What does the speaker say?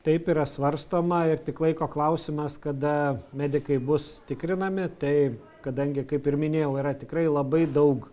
taip yra svarstoma ir tik laiko klausimas kada medikai bus tikrinami tai kadangi kaip ir minėjau yra tikrai labai daug